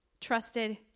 Trusted